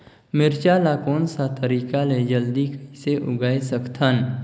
मिरचा ला कोन सा तरीका ले जल्दी कइसे उगाय सकथन?